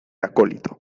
acólito